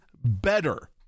better